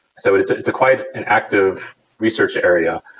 so it's it's a quite an active research area.